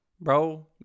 Bro